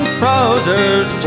trousers